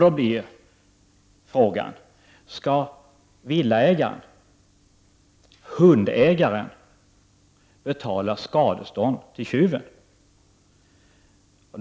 Då blir frågan om villaägaren, hundägaren, skall betala skadestånd till tjuven.